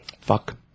Fuck